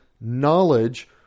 knowledge